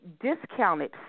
discounted